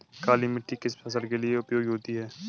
काली मिट्टी किस फसल के लिए उपयोगी होती है?